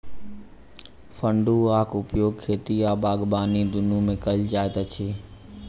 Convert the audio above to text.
फड़ुआक उपयोग खेती आ बागबानी दुनू मे कयल जाइत अछि